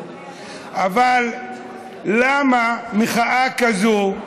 אבל למה מחאה כזאת,